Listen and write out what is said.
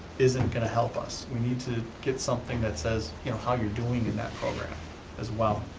isn't gonna help us. we need to get something that says you know how you're doing in that program as well.